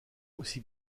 aussi